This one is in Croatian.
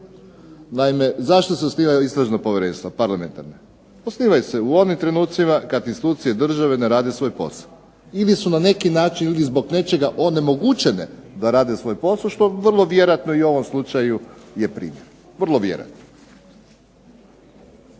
Naime, zašto se osnivaju istražna povjerenstva, parlamentarne. Osnivaju se u onim trenucima kad institucije države ne rade svoj posao ili su na neki način ili zbog nečega onemogućene da rade svoj posao što vrlo vjerojatno i u ovom slučaju je primjer. Vrlo vjerojatno.